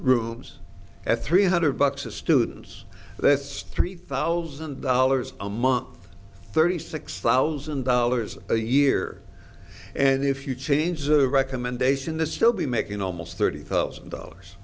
rooms at three hundred bucks a students that's three thousand dollars a month thirty six thousand dollars a year and if you change the recommendation the still be making almost thirty thousand dollars